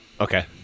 Okay